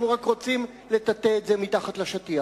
אנחנו רק רוצים לטאטא את זה אל מתחת לשטיח,